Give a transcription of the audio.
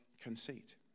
conceit